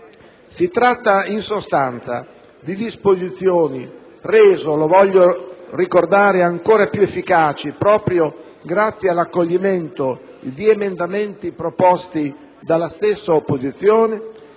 si tratta in sostanza di disposizioni - rese, lo voglio ricordare, ancora più efficaci proprio grazie all'accoglimento di emendamenti proposti dall'opposizione